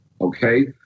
okay